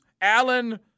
Allen